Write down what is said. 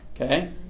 okay